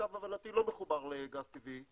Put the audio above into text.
למיטב הבנתי הוא לא מחובר לגז טבעי,